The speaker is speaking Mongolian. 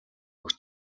өгч